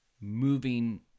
moving